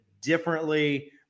differently